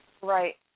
Right